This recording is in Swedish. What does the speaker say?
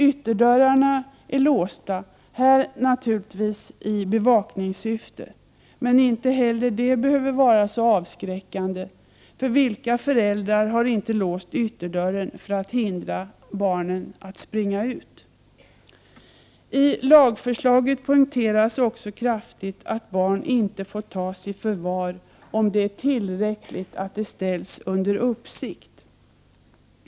Ytterdörrarna är låsta, här naturligtvis i bevakningssyfte, men inte det heller behöver vara så avskräckande, för vilka föräldrar har inte låst ytterdörren för att hindra barnen att springa ut? I lagförslaget poängteras också kraftigt att barn inte får tas i förvar om det är tillräckligt att de ställs under uppsikt.